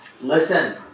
listen